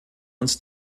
uns